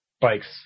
Bikes